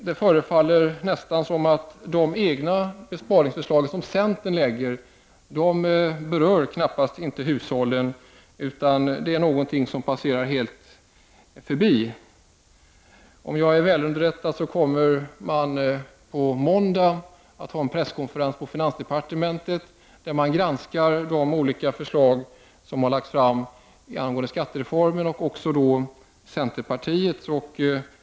Det förefaller nästan som om de besparingsförslag som centern lägger fram knappast skulle beröra hushållen, utan detta är någonting som helt passerar förbi. Om jag är välunderrättad kommer man på måndag att ha en presskonferens på finansdepartementet där man granskar de olika förslag som har lagts fram med anledning av skattereformen och då även centerpartiets förslag.